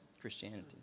Christianity